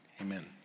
amen